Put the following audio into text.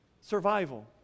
Survival